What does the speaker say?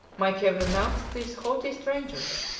might have renounced these haughty strangers,